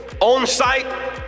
On-site